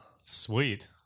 Sweet